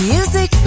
Music